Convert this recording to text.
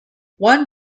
one